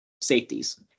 safeties